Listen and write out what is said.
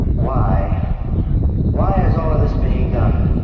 why why is all of this being done,